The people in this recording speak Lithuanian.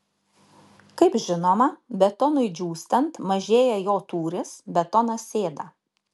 kaip žinoma betonui džiūstant mažėja jo tūris betonas sėda